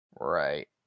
Right